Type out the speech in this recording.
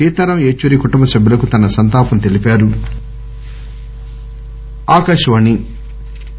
సీతారాం ఏచూరి కుటుంబ సభ్యులకు తన సంతాపం తెలిపారు